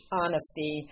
honesty